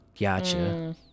Gotcha